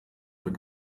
mit